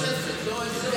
אפשר לשאול שאלה נוספת,